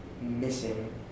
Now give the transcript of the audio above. missing